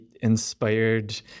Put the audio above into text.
inspired